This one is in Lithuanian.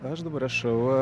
aš dabar rašau